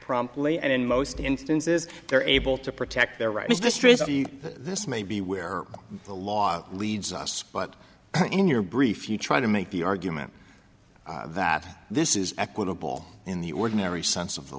promptly and in most instances they're able to protect their rights to stray so this may be where the law leads us but in your brief you try to make the argument that this is equitable in the ordinary sense of the